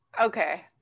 Okay